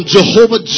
Jehovah